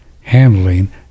handling